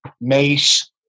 mace